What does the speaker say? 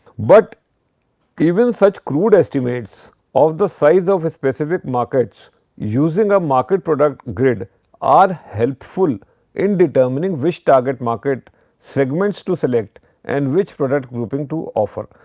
but even such crude estimates of the size of a specific markets using a market-product grid are helpful in determining which target market segments to select and which product grouping to offer.